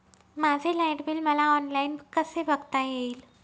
माझे light bill मला online कसे बघता येईल?